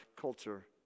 culture